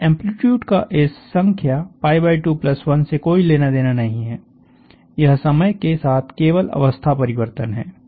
इस एम्प्लीट्यूड का इस संख्या 21 से कोई लेना देना नहीं है यह समय के साथ केवल अवस्था परिवर्तन है